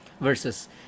versus